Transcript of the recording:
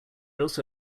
also